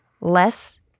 less